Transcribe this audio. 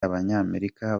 abanyamerika